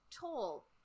tall